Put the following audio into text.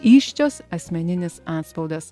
įsčios asmeninis antspaudas